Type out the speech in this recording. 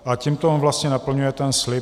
A tímto on vlastně naplňuje ten slib.